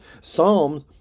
Psalms